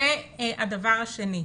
הדבר השני,